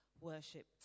worship